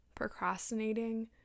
procrastinating